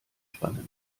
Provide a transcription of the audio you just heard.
spannend